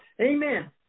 Amen